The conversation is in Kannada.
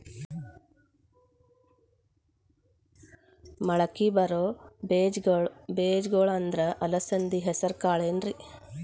ಮಳಕಿ ಬರೋ ಬೇಜಗೊಳ್ ಅಂದ್ರ ಅಲಸಂಧಿ, ಹೆಸರ್ ಕಾಳ್ ಏನ್ರಿ?